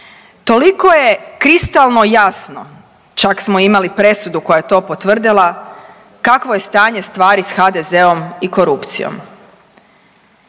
toliko je kristalno jasno. Čak smo imali presudu koja je to potvrdila kakvo je stanje stvari sa HDZ-om i korupcijom.